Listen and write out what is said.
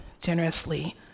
generously